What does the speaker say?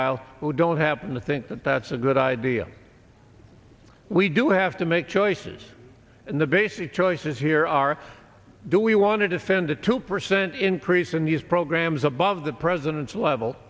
aisle who don't happen to think that that's a good idea we do have to make choices and the basic choices here are do we want to defend a two percent increase in these programs above the president's level